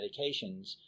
medications